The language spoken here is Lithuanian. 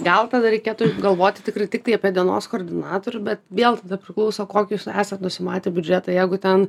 gal tada reikėtų galvoti tikrai tiktai apie dienos koordinatorių bet vėl priklauso kokį jūs esat nusimatę biudžetą jeigu ten